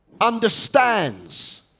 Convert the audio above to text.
understands